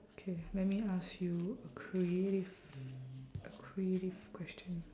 okay let me ask you a creative a creative question